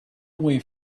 way